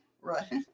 right